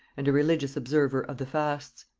and a religious observer of the fasts.